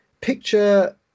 picture